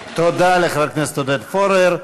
תודה לחבר הכנסת עודד פורר.